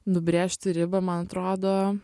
nubrėžti ribą man atrodo